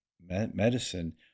medicine